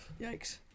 Yikes